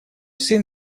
сын